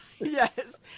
Yes